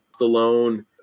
Stallone